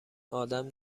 آدم